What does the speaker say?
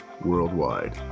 worldwide